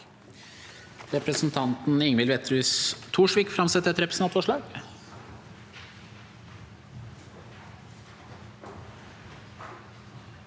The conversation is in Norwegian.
Takk